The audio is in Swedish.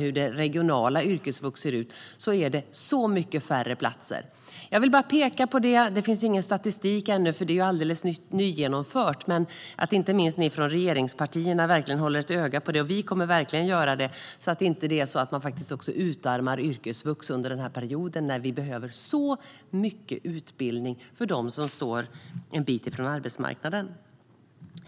hur det regionala yrkesvux ser ut är det så mycket färre platser. Jag vill bara peka på detta. Det finns ingen statistik ännu, eftersom det är alldeles nyss genomfört. Men inte minst regeringspartierna måste hålla ett öga på detta, något som även vi verkligen kommer att göra så att inte yrkesvux utarmas under den här perioden när vi behöver så mycket utbildning för dem som står en bit från arbetsmarknaden.